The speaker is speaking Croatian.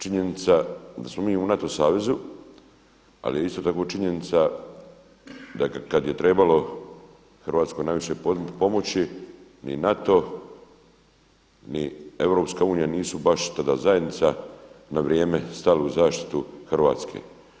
Činjenica da smo mi unatoč savezu, ali je isto tako činjenica da kada je trebalo Hrvatskoj najviše pomoći ni NATO ni Europska unija nisu baš tada zajednica na vrijeme stali u zaštitu Hrvatske.